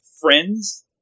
friends